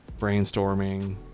brainstorming